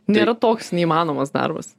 nėra toks neįmanomas darbas